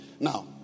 Now